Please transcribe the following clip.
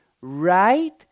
right